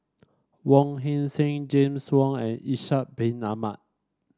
Wong Heck Sing James Wong and Ishak Bin Ahmad